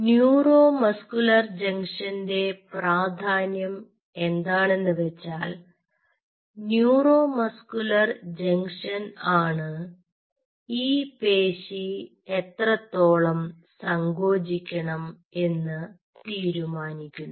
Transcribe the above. neuro muscular ജംഗ്ഷന്റെ പ്രാധാന്യം എന്താണെന്ന് വെച്ചാൽ ന്യൂറോ മസ്കുലർ ജംഗ്ഷൻ ആണ് ഈ പേശി എത്രത്തോളം സങ്കോചിക്കണം എന്ന് തീരുമാനിക്കുന്നത്